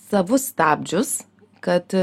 savus stabdžius kad